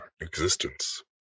existence